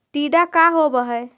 टीडा का होव हैं?